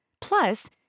Plus